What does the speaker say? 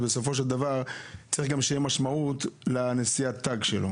צריכה להיות משמעות לנשיאת התג שלו.